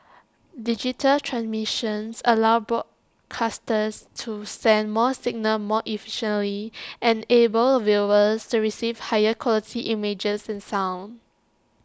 digital transmissions allow broadcasters to send more signals more efficiently enable of viewers to receive higher quality images and sound